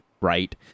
right